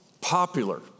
popular